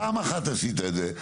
פעם אחת עשית את זה,